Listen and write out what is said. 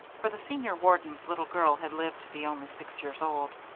for the senior warden's little girl had lived to be only six years old.